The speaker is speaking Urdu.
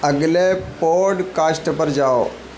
اگلے پوڈ کاسٹ پر جاؤ